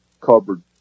cupboard